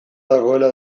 dagoela